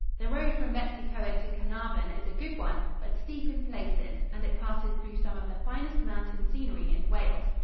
the road from bettws-y-coed to carnarvon is a good one, but steep in places, and it passes through some of the finest mountain scenery in wales.